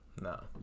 No